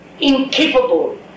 incapable